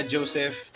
Joseph